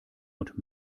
und